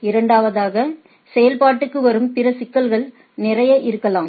இரண்டாவதாக செயல்பாட்டுக்கு வரும் பிற சிக்கல்கள் நிறைய இருக்கலாம்